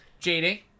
JD